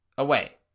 away